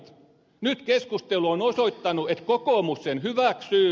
nyt keskustelu on osoittanut että kokoomus sen hyväksyy